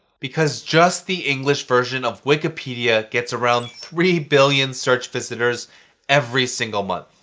because just the english version of wikipedia gets around three billion search visitors every single month.